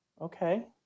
okay